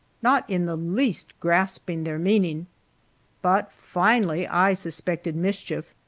not in the least grasping their meaning but finally i suspected mischief,